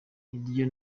ibyo